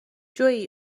جویی